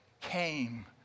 came